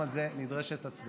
גם על זה נדרשת הצבעה.